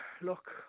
look